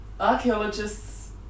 Archaeologists